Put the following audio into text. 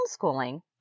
homeschooling